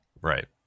Right